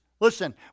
Listen